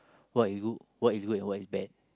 what is good and what is bad